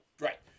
right